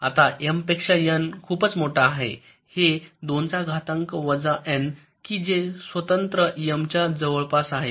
आता M पेक्षा N खूपच मोठा आहे हे २ चा घातांक वजा N कि जे स्वतंत्र M च्या जवळपास आहे